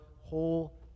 whole